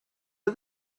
are